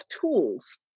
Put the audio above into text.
tools